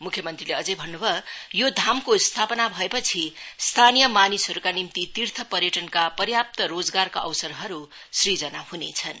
मुख्यमन्त्रीले अझै भन्नु भयो यो धामको स्थापना भएपछि स्थानीय मानिसहरूका निम्ति तीर्थ पर्यटनका पर्याप्त रोजगारका अवसरहरू सूजना हुनेछन्